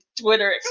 Twitter